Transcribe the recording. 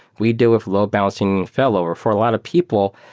we deal with load balancing fail over. for a lot of people,